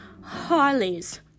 Harley's